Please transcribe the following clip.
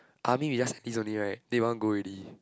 army is just enlist only right they want go already